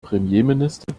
premierminister